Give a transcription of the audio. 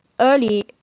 early